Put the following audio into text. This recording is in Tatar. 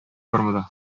формада